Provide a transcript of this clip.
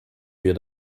wir